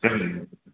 சரிங்க